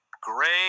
great